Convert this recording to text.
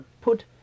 put